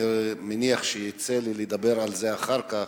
אני מניח שיצא לי לדבר על זה אחר כך.